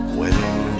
wedding